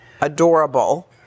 adorable